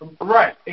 Right